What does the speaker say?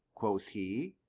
quoth he,